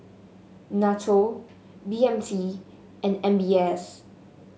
NATO B M T and M B S